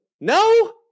No